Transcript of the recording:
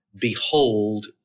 Behold